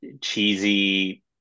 cheesy